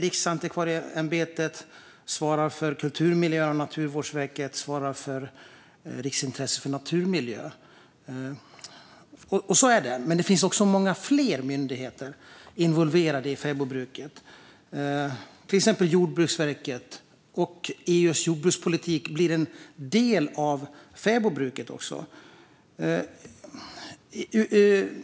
Riksantikvarieämbetet ansvarar för kulturmiljö, och Naturvårdsverket ansvarar för riksintressen för naturmiljö. Så är det, men det finns många fler myndigheter som är involverade i fäbodbruket, till exempel Jordbruksverket. EU:s jordbrukspolitik blir också en del av fäbodbruket.